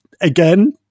again